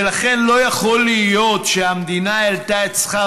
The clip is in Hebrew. ולכן לא יכול להיות שהמדינה העלתה את שכר